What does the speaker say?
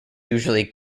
usually